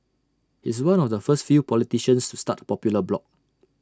he's one of the first few politicians to start A popular blog